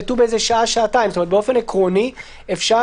ברגע שקיבלו אישור של ד"ר איריס לייטרסדורף הם רשאים